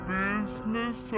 business